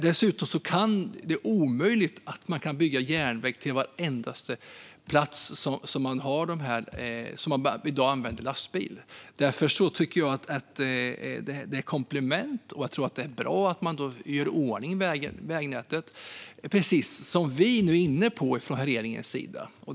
Det är dessutom omöjligt att bygga järnväg till varenda plats där man i dag använder lastbil. Jag tycker att detta är ett komplement, och det är bra att man gör i ordning vägnätet. Det är regeringen precis inne på.